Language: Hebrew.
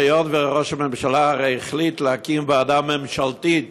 היות שראש הממשלה הרי החליט להקים ועדה ממשלתית